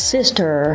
Sister